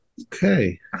Okay